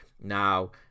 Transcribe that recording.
now